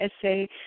essay